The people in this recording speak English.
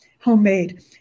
homemade